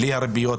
בוקר טוב לכולם,